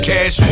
Cash